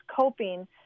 coping